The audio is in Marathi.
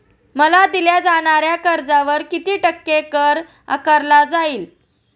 मला दिल्या जाणाऱ्या कर्जावर किती टक्के कर आकारला जाईल?